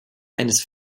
eines